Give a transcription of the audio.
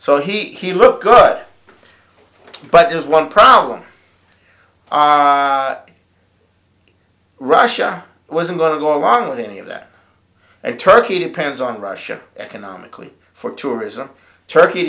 so he'd look good but there's one problem russia wasn't going to go along with any of that turkey depends on russia economically for tourism turkey